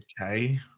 okay